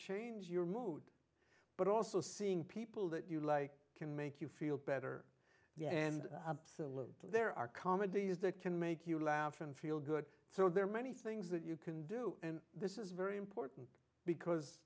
change your mood but also seeing people that you like can make you feel better and absolutely there are comedies that can make you laugh and feel good so there are many things that you can do and this is very important because